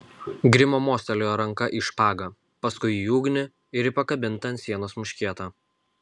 grimo mostelėjo ranka į špagą paskui į ugnį ir į pakabintą ant sienos muškietą